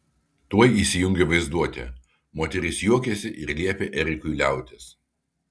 tuoj įsijungė vaizduotė moteris juokėsi ir liepė erikui liautis